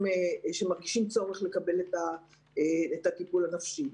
שמרגישים צורך לקבל את הטיפול הנפשי.